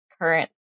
current